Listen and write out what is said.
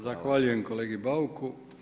Zahvaljujem kolegi Bauku.